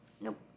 Nope